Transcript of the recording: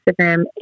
Instagram